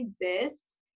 exist